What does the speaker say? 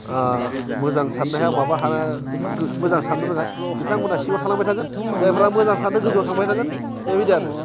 मोजां सान्नो हाया माबा हाया मोजां सान्नो रोङा बिथांमोना सिङाव थालांबाय थागोन जायफोरा मोजां सानदों गोजौआव थांबाय थागोन बेबायदि आरो